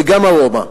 וגם "ארומה".